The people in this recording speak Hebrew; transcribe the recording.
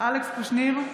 אלכס קושניר,